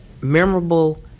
memorable